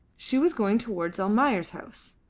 she was going towards almayer's house.